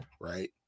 right